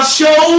show